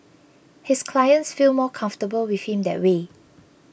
his clients feel more comfortable with him that way